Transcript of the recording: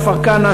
כפר-כנא,